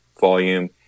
volume